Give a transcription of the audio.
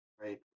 right